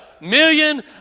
million